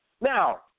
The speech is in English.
Now